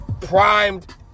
primed